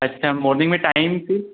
अच्छा मॉर्निंग में टाइम फिर